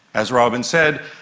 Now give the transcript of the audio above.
as robyn said,